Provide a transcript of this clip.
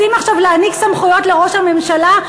רוצים עכשיו להעניק סמכויות לראש הממשלה?